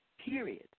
period